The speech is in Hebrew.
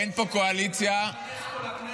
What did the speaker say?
אין פה קואליציה, אין לי טענות אליך.